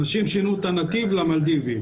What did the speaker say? אנשים שינו את הנתיב למלדיבים.